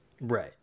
Right